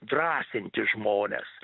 drąsinti žmones